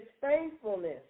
faithfulness